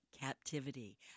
captivity